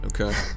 Okay